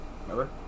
Remember